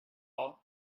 all